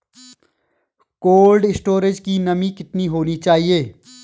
Cold storage की नमी कितनी होनी चाहिए?